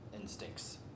instincts